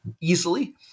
easily